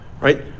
Right